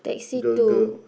girl girl